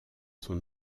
son